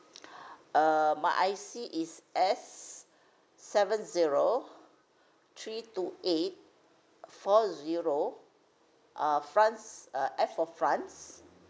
uh my I_C is S seven zero three two eight four zero uh france uh F for france